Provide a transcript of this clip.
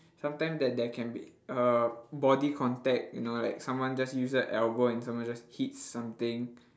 sometimes that there can be uh body contact you know like someone just use their elbow and someone just hit something